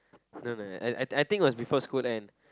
no no I think it was before school end